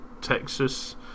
Texas